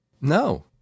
No